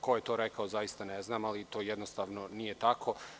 Ko je to rekao zaista ne znam, ali to jednostavno nije tako.